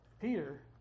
Peter